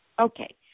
Okay